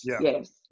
Yes